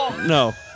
No